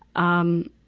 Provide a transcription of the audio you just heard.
um,